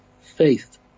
faith